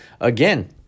again